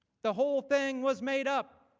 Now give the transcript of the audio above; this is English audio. the whole thing was made up.